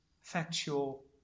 factual